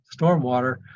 stormwater